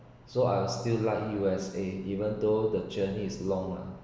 so I was still like U_S_A even though the journey is long lah